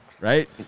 Right